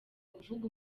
kuvuga